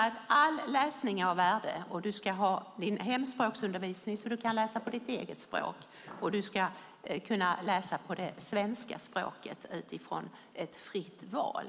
All läsning är alltså av värde. Man ska få hemspråksundervisning så att man kan läsa på sitt eget språk, och man ska kunna läsa på det svenska språket utifrån ett fritt val.